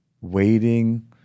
waiting